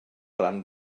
ran